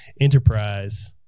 Enterprise